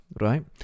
Right